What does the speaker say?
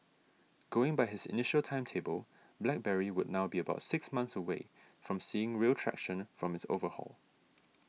going by his initial timetable BlackBerry would now be about six months away from seeing real traction from its overhaul